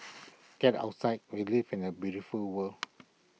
get outside we live in A beautiful world